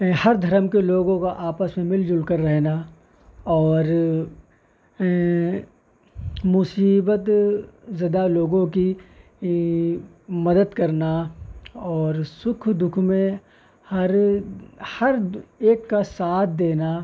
ہر دھرم کے لوگوں کا آپس میں مل جل کر رہنا اور مصیبت زدہ لوگوں کی مدد کرنا اور سکھ دکھ میں ہر ہر ایک کا ساتھ دینا